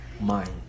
mind